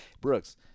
Brooks